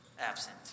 absent